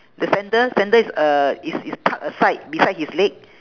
the sandal sandal is uh is is park aside beside his leg